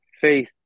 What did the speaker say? faith